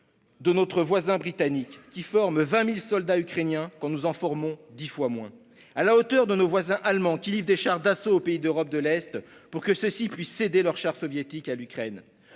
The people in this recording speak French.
de notre voisin britannique, qui forme 20 000 soldats ukrainiens quand nous en formons dix fois moins, à la hauteur de notre voisin allemand, qui livre des chars d'assaut aux pays d'Europe de l'Est pour que ceux-ci puissent céder leurs chars soviétiques à l'Ukraine.